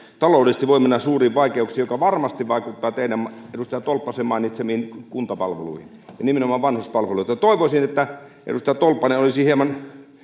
taloudellisesti voi mennä suuriin vaikeuksiin mikä varmasti vaikuttaa teidän edustaja tolppanen mainitsemiinne kuntapalveluihin ja nimenomaan vanhuspalveluihin toivoisin että edustaja tolppanen olisi hieman